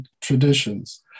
traditions